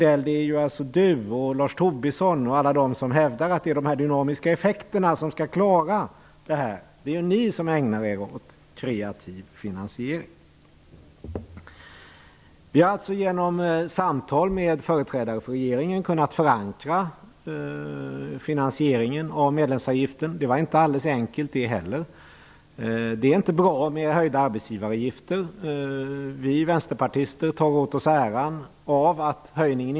Det är Mats Odell och Lars Tobisson och alla de som hävdar att det är de dynamiska effekterna som skall klara det här som ägnar sig åt dylik kreativ finansiering. Det var inte alldeles enkelt det heller. Det är inte bra med höjda arbetsgivaravgifter.